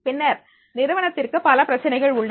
பின்னர் நிறுவனத்திற்கு பல பிரச்சினைகள் உள்ளன